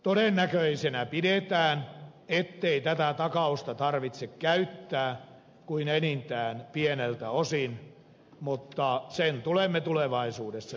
todennäköisenä pidetään ettei tätä takausta tarvitse käyttää kuin enintään pieneltä osin mutta sen tulemme tulevaisuudessa näkemään